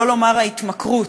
שלא לומר ההתמכרות,